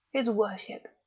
his worship,